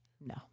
No